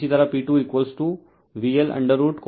तो P198048 वाट